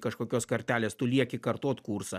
kažkokios kartelės tu lieki kartot kursą